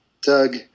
Doug